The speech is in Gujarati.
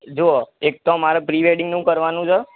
જો એક તો અમારે પ્રીવેડિંગનું કરવાનું છે